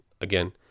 again